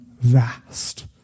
vast